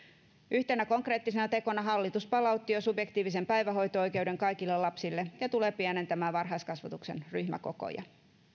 yhtenä konkreettisena tekona hallitus palautti jo subjektiivisen päivähoito oikeuden kaikille lapsille ja tulee pienentämään varhaiskasvatuksen ryhmäkokoja